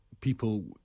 people